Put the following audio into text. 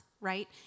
right